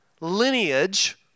lineage